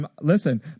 listen